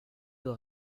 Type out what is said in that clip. doit